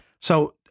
So-